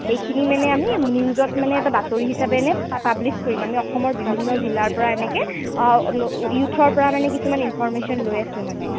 সেইখিনি মানে আমি নিউজত মানে এটা বাতৰি হিচাপে এনে পাব্লিছ কৰিম আমি অসমৰ বিভিন্ন জিলাৰ পৰা এনেকৈ ইউথৰ পৰা মানে কিছুমান ইনফৰমেশ্যন লৈ আছোঁ মানে